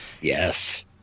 Yes